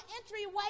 entryway